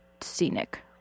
scenic